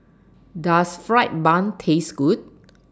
Does Fried Bun Taste Good